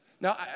Now